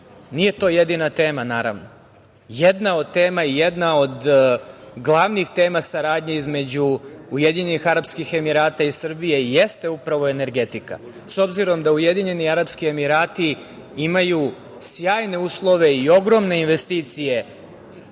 Nije to jedina tema, naravno. Jedna od tema i jedna od glavnih tema saradnje između Ujedinjenih Arapskih Emirata i Srbije jeste upravo energetika, s obzirom da Ujedinjeni Arapski Emirati imaju sjajne uslove i ogromne investicije